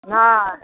नहि